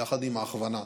ביחד עם ההכוונה,